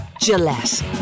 Gillette